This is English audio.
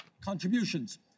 contributions